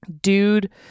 dude